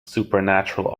supernatural